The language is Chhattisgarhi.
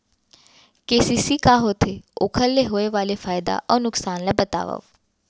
के.सी.सी का होथे, ओखर ले होय वाले फायदा अऊ नुकसान ला बतावव?